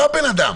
לא האדם.